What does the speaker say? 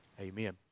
Amen